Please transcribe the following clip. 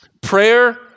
Prayer